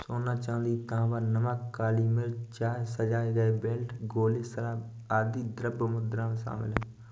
सोना, चांदी, तांबा, नमक, काली मिर्च, चाय, सजाए गए बेल्ट, गोले, शराब, आदि द्रव्य मुद्रा में शामिल हैं